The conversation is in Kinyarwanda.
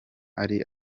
ari